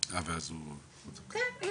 כן,